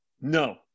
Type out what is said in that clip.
No